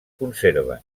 conserven